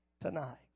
tonight